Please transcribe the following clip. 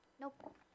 Nope